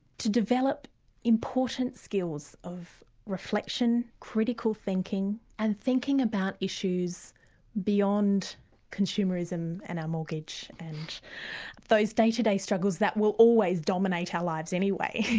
to develop important skills of reflection, critical thinking and thinking about issues issues beyond consumerism and our mortgage, and those day-to-day struggles that will always dominate our lives anyway.